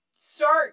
start